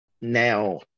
now